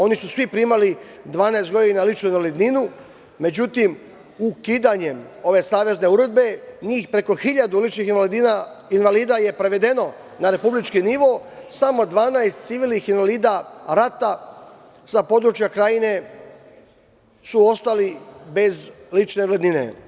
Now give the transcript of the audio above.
Oni su svi primali 12 godina ličnu invalidninu, međutim, ukidanjem ove savezne uredbe njih preko hiljadu ličnih invalidnina invalida je prevedeno na republički nivo, samo 12 civilnih invalida rata sa područja Krajine su ostali bez lične invalidnine.